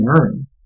earn